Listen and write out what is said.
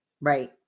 right